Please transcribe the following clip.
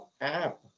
app